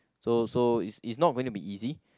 so so it's it's not gonna be easy